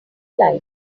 line